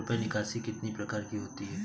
रुपया निकासी कितनी प्रकार की होती है?